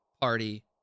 party